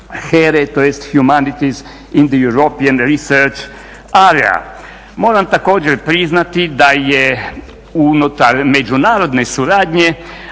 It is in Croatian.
tj. humanitis in the european resurce area. Moram također priznati da je unutar međunarodne suradnje